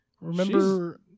Remember